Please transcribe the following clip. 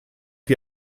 wie